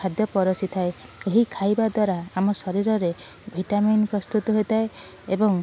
ଖାଦ୍ୟ ପରସି ଥାଏ ଏହି ଖାଇବା ଦ୍ଵାରା ଆମ ଶରୀରରେ ଭିଟାମିନ୍ ପ୍ରସ୍ତୁତ ହୋଇଥାଏ ଏବଂ